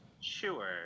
sure